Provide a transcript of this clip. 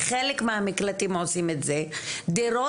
חלק מהמקלטים עושים את זה.